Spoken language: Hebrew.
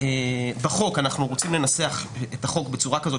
אנחנו רוצים לנסח את החוק בצורה כזאת